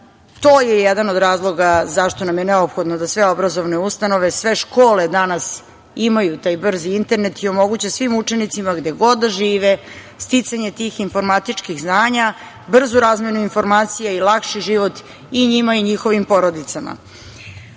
To je jedan od razloga zašto nam je neophodno da sve obrazovne ustanove, sve škole danas imaju taj brzi internet i omoguće svim učenicima, gde god da žive, sticanje tih informatičkih znanja, brzu razmenu informacija i lakši život i njima i njihovim porodicama.I